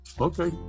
Okay